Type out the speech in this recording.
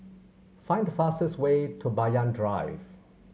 find the fastest way to Banyan Drive